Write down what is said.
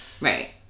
right